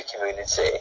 community